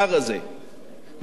בכוונתי כשר האוצר,